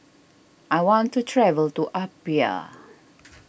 I want to travel to Apia